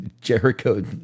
Jericho